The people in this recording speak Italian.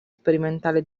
sperimentale